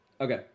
Okay